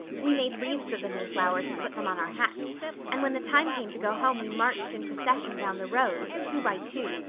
we made wreaths of the mayflowers and put them on our hats and when the time came to go home we marched in procession down the road, two by two,